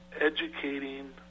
educating